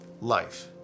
Life